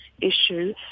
issue